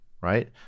right